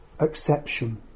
exception